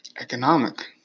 economic